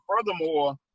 furthermore